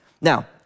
Now